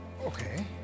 Okay